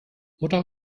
mutter